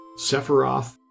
Sephiroth